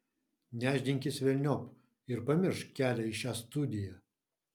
nešdinkis velniop ir pamiršk kelią į šią studiją